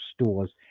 stores